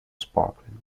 sparkling